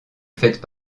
faites